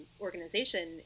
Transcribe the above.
organization